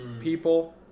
people